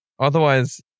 Otherwise